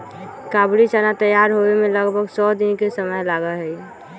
काबुली चना तैयार होवे में लगभग सौ दिन के समय लगा हई